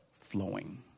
flowing